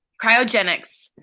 Cryogenics